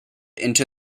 into